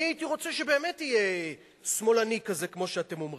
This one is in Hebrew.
אני הייתי רוצה שהוא באמת יהיה שמאלני כזה כמו שאתם אומרים.